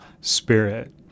spirit